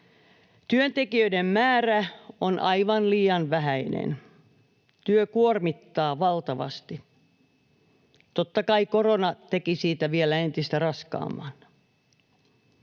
Työntekijöiden määrä on aivan liian vähäinen. Työ kuormittaa valtavasti. Totta kai korona teki siitä vielä entistä raskaamman.